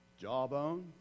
Jawbone